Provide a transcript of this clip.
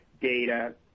data